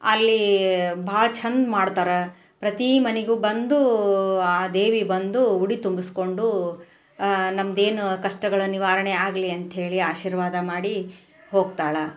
ಅಲ್ಲಿ ಭಾಳ ಛಂದ ಮಾಡ್ತಾರೆ ಪ್ರತೀ ಮನೆಗೂ ಬಂದು ಆ ದೇವಿ ಬಂದು ಉಡಿ ತುಂಬಿಸ್ಕೊಂಡು ನಮ್ಮದೇನು ಕಷ್ಟಗಳು ನಿವಾರಣೆ ಆಗಲಿ ಅಂತಹೇಳಿ ಆಶೀರ್ವಾದ ಮಾಡಿ ಹೋಗ್ತಾಳೆ